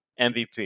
MVP